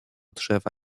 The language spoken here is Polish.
drzewa